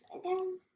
again